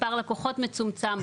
מספר לקוחות מצומצם,